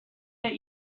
that